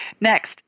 Next